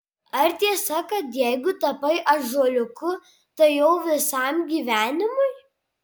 ar tiesa kad jeigu tapai ąžuoliuku tai jau visam gyvenimui